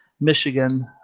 Michigan